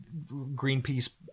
greenpeace